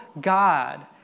God